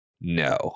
No